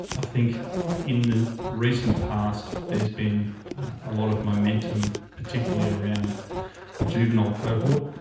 i think in the recent past there's been a lot of momentum, particularly around the juvenile cohort,